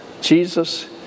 Jesus